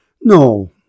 No